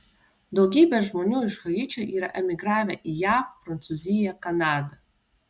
daugybė žmonių iš haičio yra emigravę į jav prancūziją kanadą